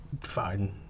fine